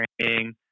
training